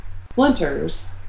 splinters